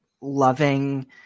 loving